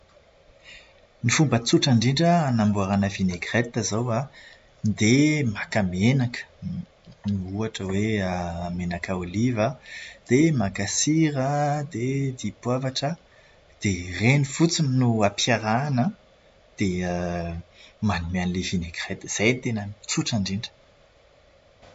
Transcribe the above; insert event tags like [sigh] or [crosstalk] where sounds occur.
Ny fomba tsotra indrindra hanaovana vinaigrety izao an. Dia maka menaka, [hesitation] ohatra hoe menaka oliva. Dia maka sira, dia dipoavra, dia ireny fotsiny no ampiarahana, dia [hesitation] manome an'ilay vinaigrety. Izay no tena tsotra indrindra.